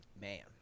Man